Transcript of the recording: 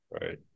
Right